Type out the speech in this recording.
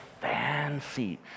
fancy